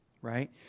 right